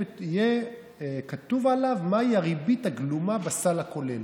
יהיה כתוב עליו מהי הריבית הגלומה בסל הכולל.